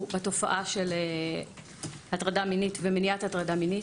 בתופעה של הטרדה מינית ומניעת הטרדה מינית,